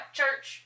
church